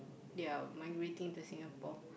they are migrating to Singapore